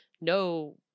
no